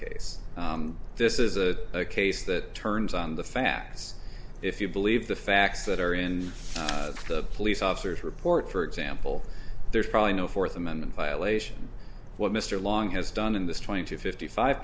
case this is a case that turns on the facts if you believe the facts that are in the police officers report for example there's probably no fourth amendment violation what mr long has done in this twenty two fifty five